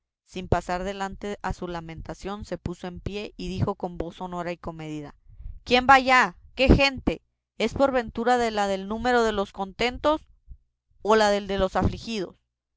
sin pasar adelante en su lamentación se puso en pie y dijo con voz sonora y comedida quién va allá qué gente es por ventura de la del número de los contentos o la del de los afligidos